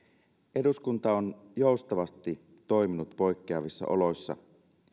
eduskunta on joustavasti toiminut poikkeavissa oloissa